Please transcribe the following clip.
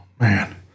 Man